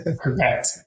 Correct